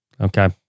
Okay